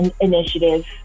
initiative